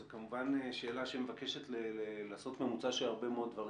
זו כמובן שאלה שמבקשת לעשות ממוצע של הרבה מאוד דברים.